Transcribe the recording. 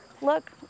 Look